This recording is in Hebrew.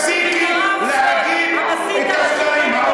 תפסיקי להגיד את השקרים.